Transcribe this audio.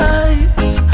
eyes